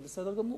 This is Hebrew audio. זה בסדר גמור.